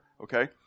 okay